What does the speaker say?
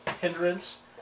hindrance